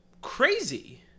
crazy